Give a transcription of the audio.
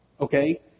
okay